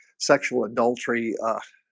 sexual adultery, ah